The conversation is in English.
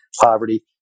poverty